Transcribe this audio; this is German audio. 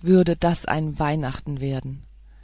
würde das ein weihnachten werden